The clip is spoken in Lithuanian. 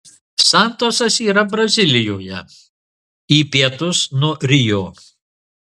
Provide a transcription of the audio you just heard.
santosas yra brazilijoje į pietus nuo rio